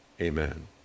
amen